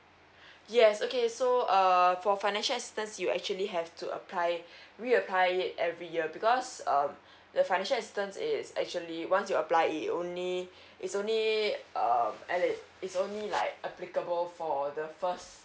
yes okay so err for financial assistance you actually have to apply re apply it every year because um the financial assistance is actually once you apply it only it's only um and it it's only like applicable for the first